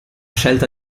scelta